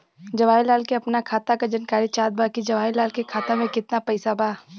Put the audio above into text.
जवाहिर लाल के अपना खाता का जानकारी चाहत बा की जवाहिर लाल के खाता में कितना पैसा बा?